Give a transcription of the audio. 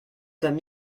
comme